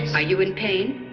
are you in pain?